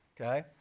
Okay